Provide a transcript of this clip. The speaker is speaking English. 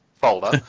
Folder